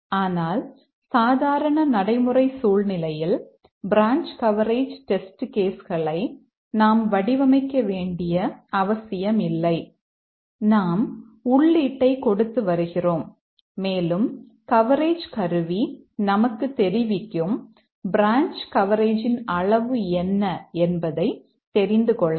ஆனால் சாதாரண நடைமுறை சூழ்நிலையில் பிரான்ச் கவரேஜ் டெஸ்ட் கேஸ் களை நாம் வடிவமைக்க வேண்டிய அவசியமில்லை நாம் உள்ளீட்டைக் கொடுத்து வருகிறோம் மேலும் கவரேஜ் கருவி நமக்குத் தெரிவிக்கும் பிரான்ச் கவரேஜின் அளவு என்ன என்பதை தெரிந்துகொள்ளலாம்